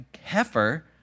heifer